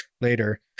later